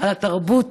על התרבות